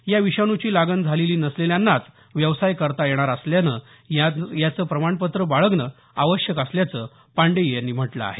या विषाणूची लागण झालेली नसलेल्यांनाच व्यवसाय करता येणार असल्यानं याचं प्रमाणपत्र बाळगणं आवश्यक असल्याचं पांडेय म्हटलं आहे